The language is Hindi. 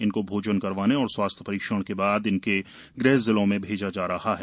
इनको भोजन करवाने और स्वास्थ्य परीक्षण के बाद इनके गृह जिलों में भेजा जा रहा है